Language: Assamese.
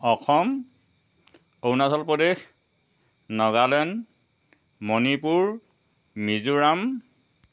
অসম অৰুণাচল প্ৰদেশ নাগালেণ্ড মণিপুৰ মিজোৰাম